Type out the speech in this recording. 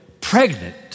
pregnant